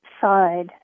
side